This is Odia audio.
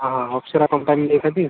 ହଁ ହଁ ଅପ୍ସରା କମ୍ପାନୀର ନେବି